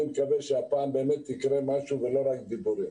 אני מקווה שהפעם באמת יקרה משהו, לא רק דיבורים.